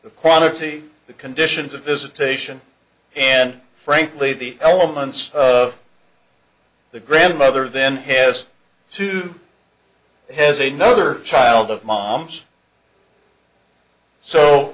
the quantity the conditions of visitation and frankly the elements of the grandmother then hess too has a no other child of mom's so